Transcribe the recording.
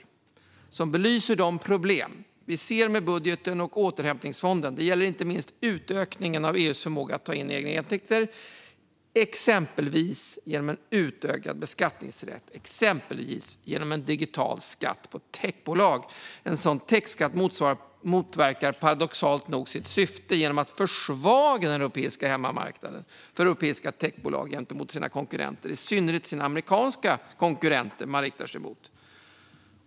Reservationen belyser de problem vi ser med budgeten och återhämtningsfonden. Detta gäller inte minst utökningen av EU:s förmåga att ta in egna intäkter, exempelvis genom en utökad beskattningsrätt genom digital skatt på techbolag. En sådan techskatt motverkar paradoxalt nog sitt syfte genom att försvaga den europeiska hemmamarknaden för europeiska techbolag gentemot sina konkurrenter, i synnerhet amerikanska konkurrenter.